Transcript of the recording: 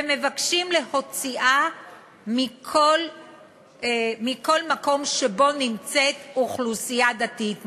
ומבקשים להוציאה מכל מקום שבו נמצאת אוכלוסייה דתית,